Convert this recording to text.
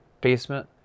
basement